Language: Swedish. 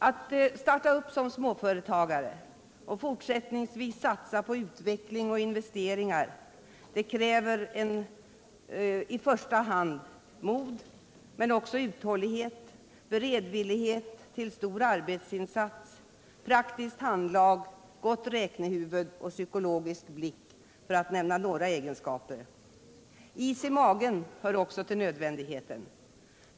Att starta som småföretagare och fortsättningsvis satsa på utveckling och investeringar kräver i första hand mod, men också uthållighet, beredvillighet till stor arbetsinsats, praktiskt handlag, gott räknehuvud och psykologisk blick — för att nämna några egenskaper. ”Is i magen” hör också till nödvändigheten.